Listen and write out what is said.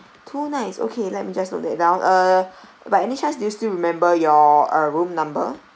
two nights okay let me just note that down uh by any chance do you still remember your uh room number